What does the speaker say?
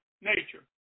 nature